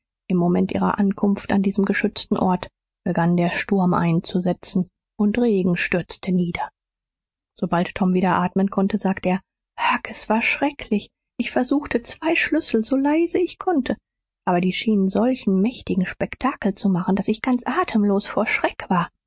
im moment ihrer ankunft an diesem geschützten ort begann der sturm einzusetzen und regen stürzte nieder sobald tom wieder atmen konnte sagte er huck s war schrecklich ich versuchte zwei schlüssel so leise ich konnte aber die schienen solch nen mächtigen spektakel zu machen daß ich ganz atemlos vor schreck war